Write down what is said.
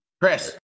Chris